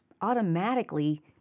automatically